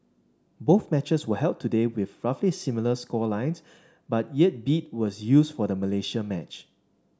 both matches were held today with roughly similar score lines but yet beat was used for the Malaysia match